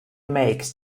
makes